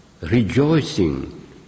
rejoicing